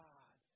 God